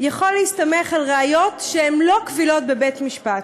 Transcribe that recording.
יכול להסתמך על ראיות שהן לא קבילות בבית-משפט,